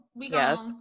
yes